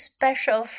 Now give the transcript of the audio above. Special